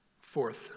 Fourth